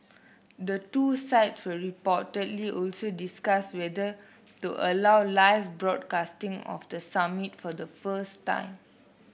the two sides will reportedly also discuss whether to allow live broadcasting of the summit for the first time